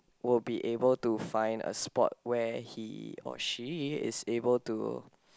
will be able to find a spot where he or she is able to